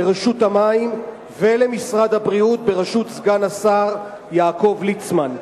לרשות המים ולמשרד הבריאות בראשות סגן השר יעקב ליצמן.